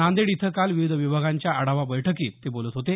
नांदेड इथं काल विविध विभागांच्या आढावा बैठकीत ते बोलत होते